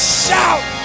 shout